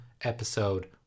episode